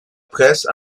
presse